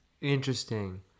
Interesting